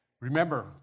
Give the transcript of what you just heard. Remember